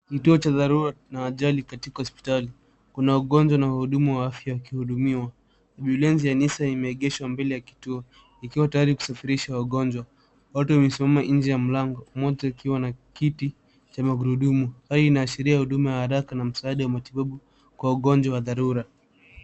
Kituo cha dharura na wajali katika hospitali. Kuna wagonjwa na wahudumu wa afya wanaohudumiwa. Gari la wagonjwa limeegeshwa mbele ya kituo, likiwa tayari kusafirisha mgonjwa. Watu wamesimama nje ya mlango, wengine wakiwa wameketi, pamoja na kiti cha magurudumu. Hali hii inaashiria huduma ya haraka na msaada wa kitabibu kwa wagonjwa wa dharura.